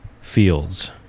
Fields